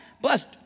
blessed